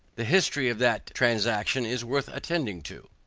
the history of that transaction is worth attending to.